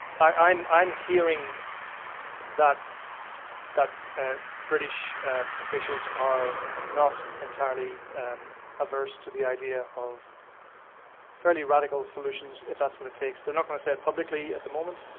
i'm i'm hearing that that british officials are not entirely averse to the idea of fairly radical solutions, if that's what it takes. they are not gonna say it publicly at the moment,